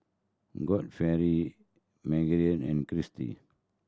Godfrey Maegan and Kristy